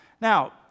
Now